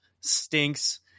stinks